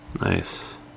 Nice